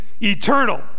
eternal